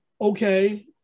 okay